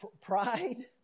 Pride